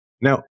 Now